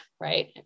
right